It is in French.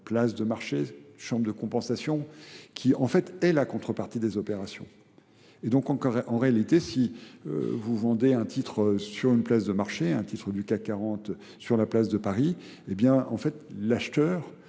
place de marché, de chambre de compensation, qui en fait est la contrepartie des opérations. Et donc, en réalité, si vous vendez un titre sur une place de marché, un titre du CAC 40 sur la place de Paris, et bien, en fait, l'acheteur,